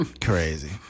Crazy